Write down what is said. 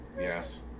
Yes